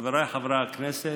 חבריי חברי הכנסת,